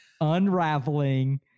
unraveling